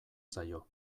zaio